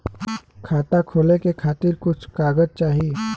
खाता खोले के खातिर कुछ कागज चाही?